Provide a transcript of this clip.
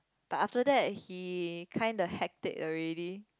but after that he kind of hecked it already